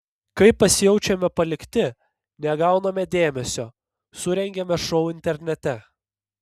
kai pasijaučiame palikti negauname dėmesio surengiame šou internete